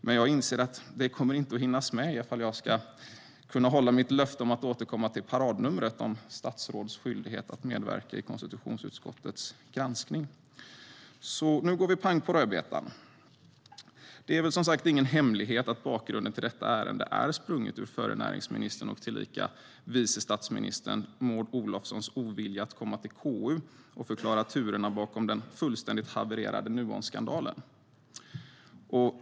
Men jag inser att det inte kommer att hinnas med ifall jag ska kunna hålla mitt löfte att återkomma till paradnumret om statsråds skyldighet att medverka i konstitutionsutskottets granskning. Så nu går vi pang på rödbetan. Det är ingen hemlighet direkt att bakgrunden till detta ärende är sprunget ur förra näringsministern och tillika vice statsministern Maud Olofssons ovilja att komma till KU och förklara turerna bakom den fullständigt havererade Nuonskandalen.